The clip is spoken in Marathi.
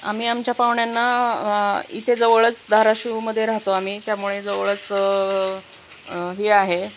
आम्ही आमच्या पाहुण्यांना इथे जवळच धारशिवमध्ये राहतो आम्ही त्यामुळे जवळच हे आहे